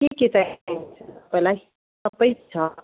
के के चाहिएको हो तपाईँलाई सबै छ